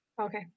Okay